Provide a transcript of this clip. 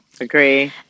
Agree